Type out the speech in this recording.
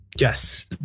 yes